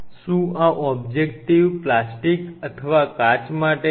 શું આ objective plastic અથવા કાચ માટે છે